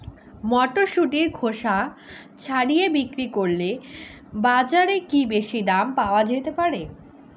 মটরশুটির খোসা ছাড়িয়ে বিক্রি করলে বাজারে কী বেশী দাম পাওয়া যেতে পারে?